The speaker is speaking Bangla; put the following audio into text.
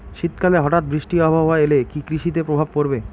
শীত কালে হঠাৎ বৃষ্টি আবহাওয়া এলে কি কৃষি তে প্রভাব পড়বে?